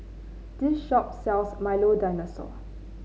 this shop sells Milo Dinosaur